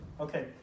Okay